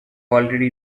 already